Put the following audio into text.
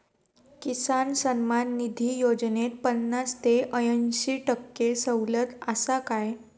किसान सन्मान निधी योजनेत पन्नास ते अंयशी टक्के सवलत आसा काय?